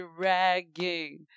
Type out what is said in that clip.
dragging